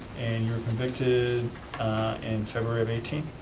and you were convicted in february of eighteen?